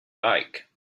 like